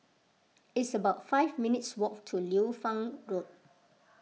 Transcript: it's about five minutes' walk to Liu Fang Road